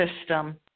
system